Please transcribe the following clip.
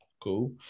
Cool